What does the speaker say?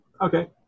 Okay